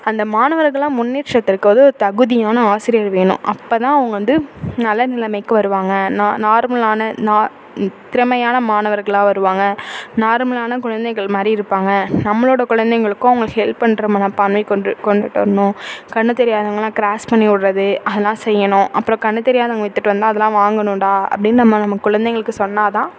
அந்த மாணவர்கள்லாம் முன்னேற்றத்திற்கு வந்து தகுதியான ஆசிரியர் வேணும் அப்போதான் அவங்க வந்து நல்ல நிலைமைக்கு வருவாங்க நார் நார்மலான நார் திறமையான மாணவர்களாக வருவாங்க நார்மலான குழந்தைகள் மாதிரி இருப்பாங்க நம்மளோடய குழந்தைகளுக்கும் அவங்க ஹெல்ப் பண்ணுற மனப்பான்மை கொண்டு கொண்டுட்டு வரணும் கண் தெரியாதவங்கள்லாம் க்ராஸ் பண்ணி விட்றது அதெல்லாம் செய்யணும் அப்புறம் கண் தெரியாதவங்க வித்துட்டு வந்தால் அதெல்லாம் வாங்கணும்டா அப்படின்னு நம்ம நம்ம குழந்தைகளுக்கு சொன்னால் தான்